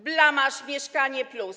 Blamaż „Mieszkanie+”